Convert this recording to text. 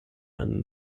einen